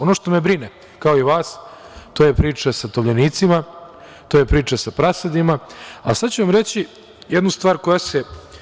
Ono što me brine, kao i vas, to je priča sa tovljenicima, to je priča sa prasadima, a sada ću vam reći jednu stvar koja se…